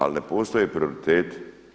Ali ne postoje prioriteti.